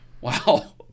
Wow